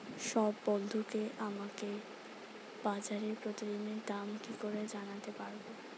সব বন্ধুকে আমাকে বাজারের প্রতিদিনের দাম কি করে জানাতে পারবো?